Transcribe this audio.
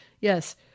Yes